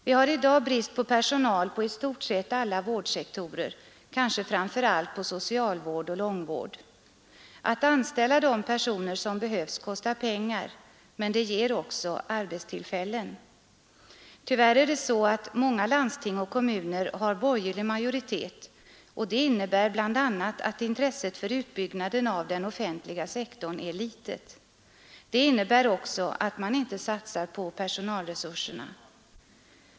Vi har i dag brist på personal på i stort sett alla vårdsektorer, kanske framför allt inom socialvård och långtidsvård. Att anställa de personer som behövs kostar pengar, men det ger också arbetstillfällen. Tyvärr har många landsting och kommuner borgerlig majoritet, och det innebär bl.a. att intresset för utbyggnaden av den offentliga sektorn är litet. Det innebär också att man inte satsar på personalresurserna.